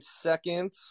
second